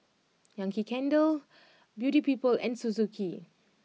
Yankee Candle Beauty People and Suzuki